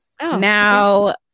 Now